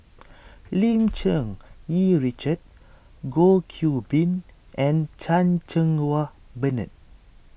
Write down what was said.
Lim Cherng Yih Richard Goh Qiu Bin and Chan Cheng Wah Bernard